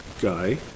guy